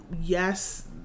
yes